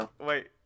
Wait